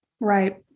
Right